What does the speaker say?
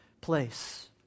place